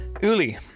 Uli